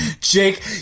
jake